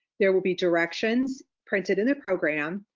there will be directions printed in the program.